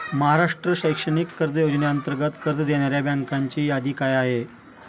महाराष्ट्र शैक्षणिक कर्ज योजनेअंतर्गत कर्ज देणाऱ्या बँकांची यादी काय आहे?